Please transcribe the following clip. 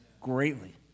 greatly